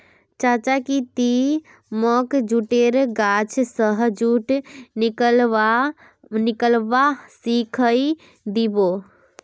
चाचा की ती मोक जुटेर गाछ स जुट निकलव्वा सिखइ दी बो